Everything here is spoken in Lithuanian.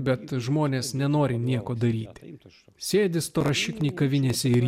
bet žmonės nenori nieko daryti rimtas sėdi stora šikniai kavinėse ir